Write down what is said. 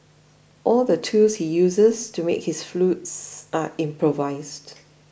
all the tools he uses to make his flutes are improvised